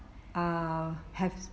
ah have